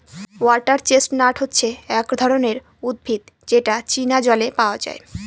water chestnut হচ্ছে এক ধরনের উদ্ভিদ যেটা চীনা জলে পাওয়া যায়